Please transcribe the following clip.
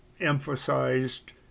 emphasized